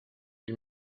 ils